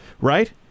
Right